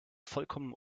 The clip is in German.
vollkommen